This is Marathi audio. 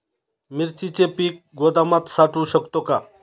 मिरचीचे पीक गोदामात साठवू शकतो का?